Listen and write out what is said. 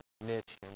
niche